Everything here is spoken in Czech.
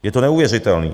Je to neuvěřitelné.